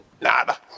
nada